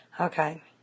Okay